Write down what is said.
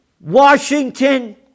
washington